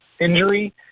injury